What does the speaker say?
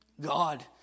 God